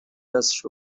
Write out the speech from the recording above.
دستش